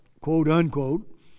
quote-unquote